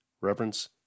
reverence